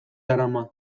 darama